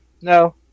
no